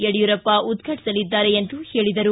ಯಡಿಯೂರಪ್ಪ ಉದ್ವಾಟಿಸಲಿದ್ದಾರೆ ಎಂದು ಹೇಳಿದರು